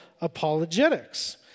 apologetics